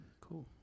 Cool